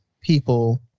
people